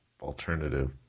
alternative